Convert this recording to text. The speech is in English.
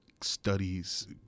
studies